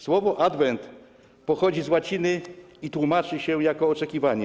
Słowo „adwent” pochodzi z łaciny i tłumaczy się je jako oczekiwanie.